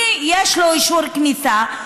מי יש לו אישור כניסה,